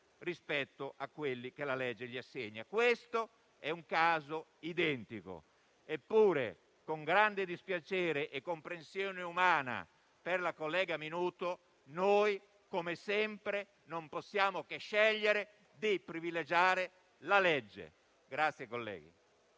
rispetto a quelli che la legge assegna loro. Questo è un caso identico. Eppure, con grande dispiacere e comprensione umana per la collega Minuto, noi, come sempre, non possiamo che scegliere di privilegiare la legge.